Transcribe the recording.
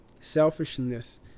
selfishness